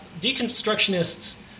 deconstructionists